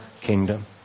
kingdom